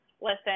Listen